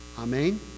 Amen